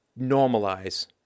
normalize